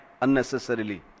Unnecessarily